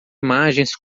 imagens